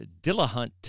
Dillahunt